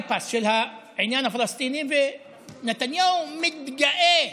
bypass של העניין הפלסטיני, ונתניהו מתגאה: